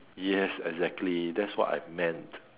yes exactly that's what I meant